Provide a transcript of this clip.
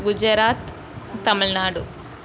Gujarat Tamil Nadu